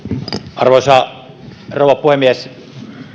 arvoisa rouva puhemies